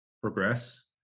progress